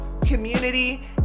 community